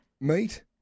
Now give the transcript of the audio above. meat